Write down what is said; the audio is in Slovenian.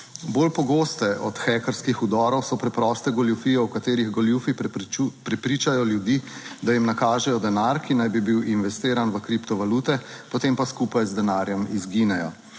Bolj pogoste od hekerskih vdorov so preproste goljufije v katerih goljufi prepričajo ljudi, da jim nakažejo denar, ki naj bi bil investiran v kriptovalute, potem pa skupaj z denarjem izginejo.